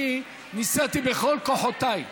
אני ניסיתי בכל כוחותיי.